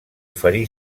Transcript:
oferí